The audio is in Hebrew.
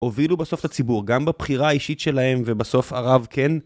הובילו בסוף את הציבור, גם בבחירה האישית שלהם ובסוף ערב, כן?